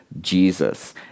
Jesus